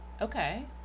Okay